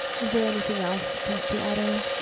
is there anything else, trustee otto? no.